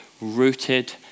rooted